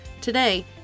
Today